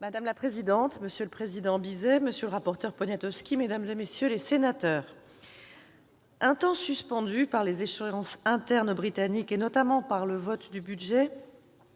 Madame la présidente, monsieur le président Bizet, monsieur le rapporteur Poniatowski, mesdames, messieurs les sénateurs, un temps suspendus par les échéances internes britanniques et notamment par le vote du budget,